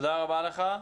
תודה רבה לך.